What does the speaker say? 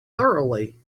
thoroughly